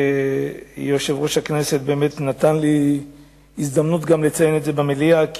יושב-ראש הכנסת נתן לי הזדמנות לציין את זה גם במליאה,